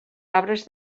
arbres